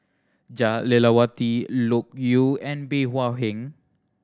Jah Lelawati Loke Yew and Bey Hua Heng